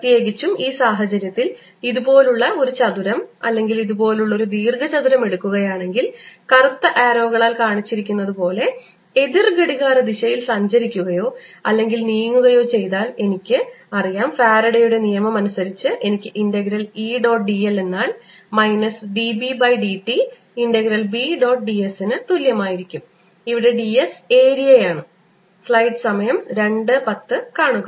പ്രത്യേകിച്ചും ഈ സാഹചര്യത്തിൽ ഇതുപോലുള്ള ഒരു ചതുരം അല്ലെങ്കിൽ ഇതുപോലുള്ള ഒരു ദീർഘചതുരം എടുക്കുകയാണെങ്കിൽ കറുത്ത ആരോകളാൽ കാണിച്ചിരിക്കുന്നതുപോലെ എതിർ ഘടികാരദിശയിൽ സഞ്ചരിക്കുകയോ അല്ലെങ്കിൽ നീങ്ങുകയോ ചെയ്താൽ എനിക്ക് അറിയാം ഫാരഡെയുടെ നിയമം അനുസരിച്ച് എനിക്ക് ഇൻറഗ്രൽ E ഡോട്ട് dl എന്നാൽ minus d b by d t integral B dot d s ന് തുല്യമായിരിക്കും ഇവിടെ ds ഏരിയയാണ് സ്ലൈഡ് സമയം 0210 കാണുക